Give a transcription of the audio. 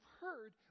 heard